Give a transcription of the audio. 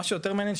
מה שיותר מעניין,